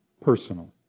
personal